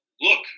Look